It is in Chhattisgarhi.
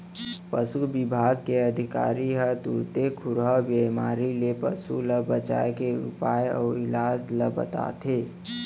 पसु बिभाग के अधिकारी ह तुरते खुरहा बेमारी ले पसु ल बचाए के उपाय अउ इलाज ल बताथें